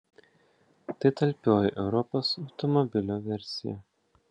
tai talpioji europos automobilio versija